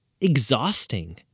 exhausting